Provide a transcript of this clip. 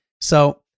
So-